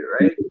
right